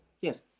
yes